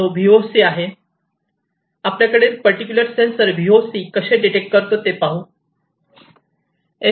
आपल्याकडील particular sensor VOC कसे detect करतो ते पाहू